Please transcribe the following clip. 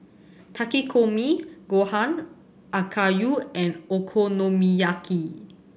Takikomi Gohan Okayu and Okonomiyaki